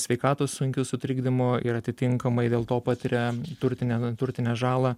sveikatos sunkius sutrikdymo ir atitinkamai dėl to patiria turtinę neturtinę žalą